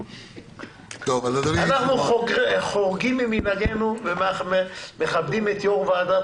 אנחנו חורגים ממנהגנו ומכבדים את יושב ראש ועדת